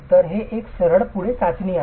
तर ही एक सरळ पुढे चाचणी आहे